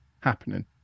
happening